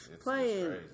playing